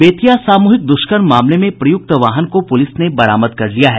बेतिया सामूहिक दुष्कर्म मामले में प्रयुक्त वाहन को पुलिस ने बरामद कर लिया है